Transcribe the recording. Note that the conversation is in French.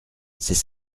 c’est